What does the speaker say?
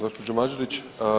Gospođo Mađerić.